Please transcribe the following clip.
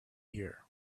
here